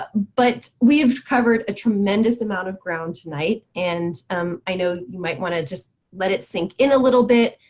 ah but we've covered a tremendous amount of ground tonight and um i know you might wanna just let it sink in a little bit.